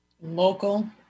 Local